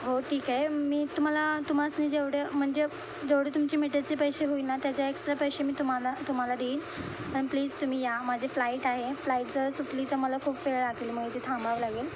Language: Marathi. हो ठीक आहे मी तुम्हाला तुमासनी जेवढे म्हणजे जेवढे तुमची मीटरचे पैसे होईल ना त्याचे एक्स्ट्रा पैसे मी तुम्हाला तुम्हाला देईन आणि प्लीज तुम्ही या माझे फ्लाईट आहे फ्लाईट जर सुटली तर मला खूप वेळ लागेल मग इथे थांबावं लागेल